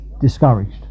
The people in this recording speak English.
discouraged